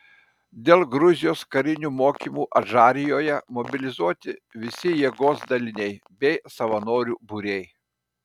dėl gruzijos karinių mokymų adžarijoje mobilizuoti visi jėgos daliniai bei savanorių būriai